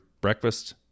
breakfast